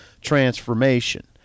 transformation